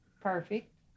perfect